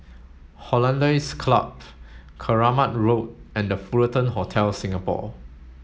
Hollandse Club Keramat Road and The Fullerton Hotel Singapore